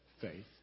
faith